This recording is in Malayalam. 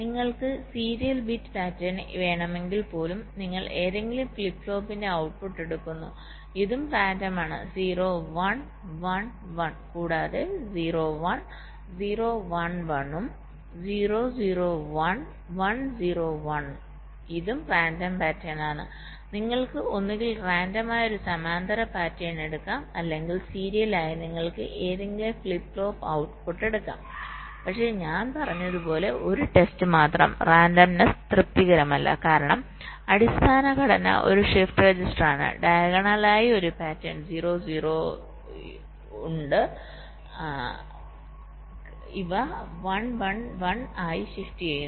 നിങ്ങൾക്ക് സീരിയൽ ബിറ്റ് പാറ്റേൺ വേണമെങ്കിൽ പോലും നിങ്ങൾ ഏതെങ്കിലും ഫ്ലിപ്പ് ഫ്ലോപ്പിന്റെ ഔട്ട്പുട്ട് എടുക്കുന്നു ഇതും റാൻഡമാണ് 0 1 1 1 കൂടാതെ 0 1 0 1 1ഉം 0 0 1 1 0 1 ഇതും റാൻഡം പാറ്റേൺ ആണ് നിങ്ങൾക്ക് ഒന്നുകിൽ റാൻഡമായി ഒരു സമാന്തര പാറ്റേൺ എടുക്കാം അല്ലെങ്കിൽ സീരിയലായി നിങ്ങൾക്ക് ഏതെങ്കിലും ഫ്ലിപ്പ് ഫ്ലോപ്പ് ഔട്ട്പുട്ട് എടുക്കാം പക്ഷേ ഞാൻ പറഞ്ഞതുപോലെ ഒരു ടെസ്റ്റ് മാത്രം റാൻഡമ്നെസ്സ് തൃപ്തികരമല്ല കാരണം അടിസ്ഥാനം ഘടന ഒരു ഷിഫ്റ്റ് രജിസ്റ്ററാണ് ഡയഗണലായി ഒരു പാറ്റേൺ 0 0 0 ൦ ഉണ്ട് കാണും ഇവ 1 1 1 1 ആയി ഷിഫ്റ്റ് ചെയ്യുന്നു